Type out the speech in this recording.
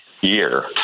year